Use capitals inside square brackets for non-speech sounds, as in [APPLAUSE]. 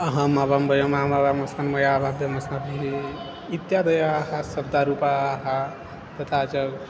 अहम् आवां वयं [UNINTELLIGIBLE] अस्माभिः इत्यादयाः शब्दरूपाः तथा च